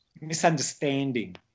misunderstanding